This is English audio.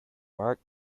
mark